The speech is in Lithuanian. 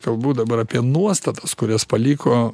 kalbu dabar apie nuostatas kurias paliko